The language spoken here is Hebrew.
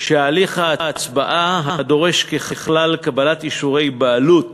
שהליך ההצבעה, הדורש ככלל קבלת אישורי בעלות